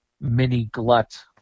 mini-glut